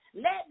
Let